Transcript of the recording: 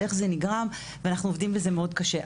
איך זה נגרם ואנחנו עובדים בזה מאוד קשה,